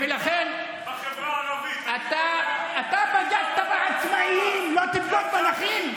ערבים, אתה בגדת בעצמאים, לא תבגוד בנכים?